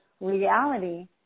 reality